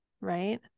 right